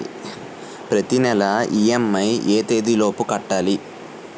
ప్రతినెల ఇ.ఎం.ఐ ఎ తేదీ లోపు కట్టాలి?